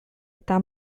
eta